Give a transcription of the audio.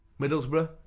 Middlesbrough